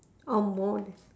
or more than